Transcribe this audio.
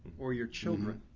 or your children,